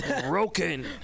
Broken